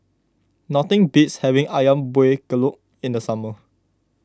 nothing beats having Ayam Buah Keluak in the summer